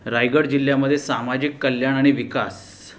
रायगड जिल्ह्यामधे सामाजिक कल्याण आणि विकास